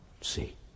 see